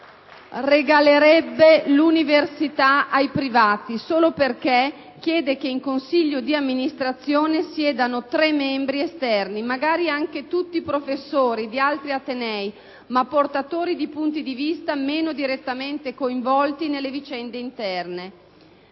di legge che regalerebbe l'università ai privati solo perché chiede che in consiglio di amministrazione siedano tre membri esterni, magari anche tutti professori di altri atenei, ma portatori di punti di vista meno direttamente coinvolti nelle vicende interne.